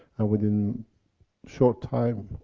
and within short time,